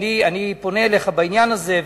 אני פונה אליך בעניין הזה.